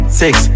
six